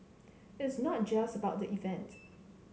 it's not just about the event